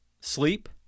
sleep